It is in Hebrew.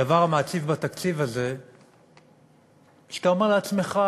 הדבר המעציב בתקציב הזה הוא שאתה אומר לעצמך: